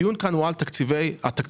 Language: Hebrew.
הדיון כאן הוא על התקציבים השוטפים.